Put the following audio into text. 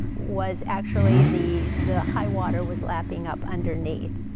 was actually the the high water was lapping up underneath.